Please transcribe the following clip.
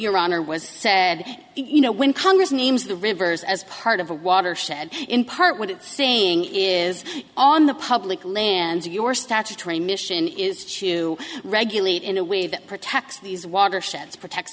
your honor was said you know when congress names the rivers as part of a watershed in part what it's saying is on the public lands of your statutory mission is to regulate in a way that protects these watersheds protects